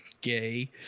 gay